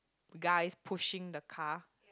guys pushing the car